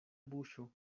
buŝo